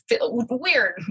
weird